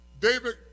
David